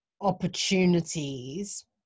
opportunities